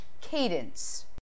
cadence